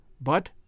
But